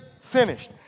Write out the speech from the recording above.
finished